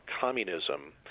communism